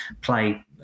play